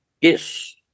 Yes